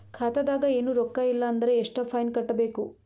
ಖಾತಾದಾಗ ಏನು ರೊಕ್ಕ ಇಲ್ಲ ಅಂದರ ಎಷ್ಟ ಫೈನ್ ಕಟ್ಟಬೇಕು?